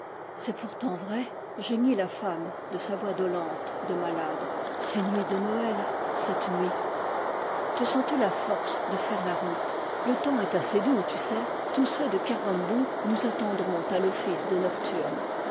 c'est pourtant vrai geignit la femme de sa voix dolente de malade c'est nuit de noël cette nuit te sens-tu la force de faire la route le temps est assez doux tu sais tous ceux de kergom bou nous attendront à l'office de nocturnes